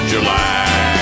July